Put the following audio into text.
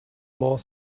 more